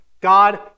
God